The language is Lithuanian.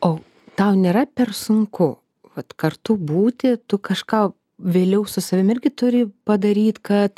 o tau nėra per sunku vat kartu būti tu kažką vėliau su savim irgi turi padaryt kad